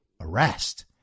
arrest